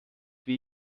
wie